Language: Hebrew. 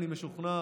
אני משוכנע,